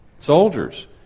Soldiers